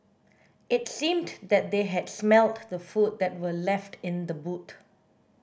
it seemed that they had smelt the food that were left in the boot